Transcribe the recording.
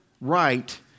right